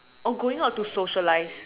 oh going out to socialize